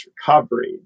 recovery